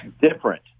different